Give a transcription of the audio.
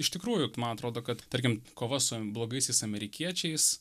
iš tikrųjų man atrodo kad tarkim kova su blogaisiais amerikiečiais